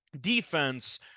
defense